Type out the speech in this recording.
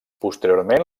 posteriorment